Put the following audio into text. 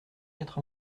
quatre